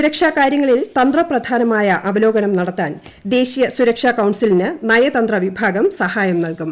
സുരക്ഷാ കാര്യങ്ങളിൽ തന്ത്രപരമായ അവലോകനം നടത്താൻ ദേശീയ സുരക്ഷാ കൌൺസിലിന് നയതന്ത്ര വിഭാഗം സഹായം നൽകും